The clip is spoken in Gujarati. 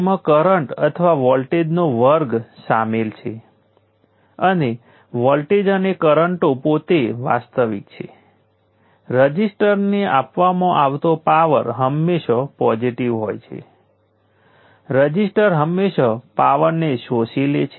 તેથી પાવરનું અવલોકન કરવા માટે વોલ્ટેજ સોર્સ ગોઠવી શકાય છે પરંતુ પાવર ડિલીવર કરવા તે પણ ગોઠવી શકાય છે